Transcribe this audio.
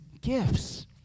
gifts